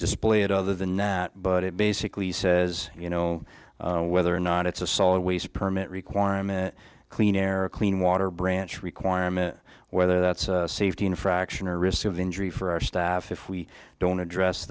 display it other than that but it basically says you know whether or not it's a solid waste permit requirement clean air clean water branch requirement whether that's a safety infraction or risk of injury for our staff if we don't address